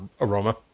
aroma